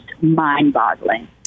mind-boggling